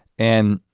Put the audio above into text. and